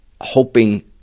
hoping